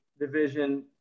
division